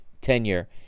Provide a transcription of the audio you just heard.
tenure